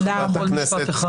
תודה רבה, חברת הכנסת.